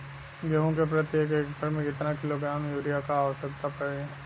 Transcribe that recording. गेहूँ के प्रति एक एकड़ में कितना किलोग्राम युरिया क आवश्यकता पड़ी?